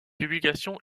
publication